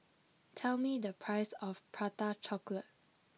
tell me the price of Prata Chocolate